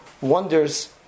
wonders